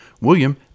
William